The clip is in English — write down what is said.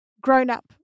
grown-up